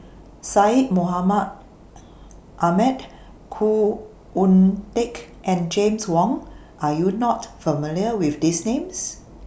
Syed Mohamed Ahmed Khoo Oon Teik and James Wong Are YOU not familiar with These Names